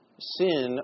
sin